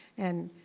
and,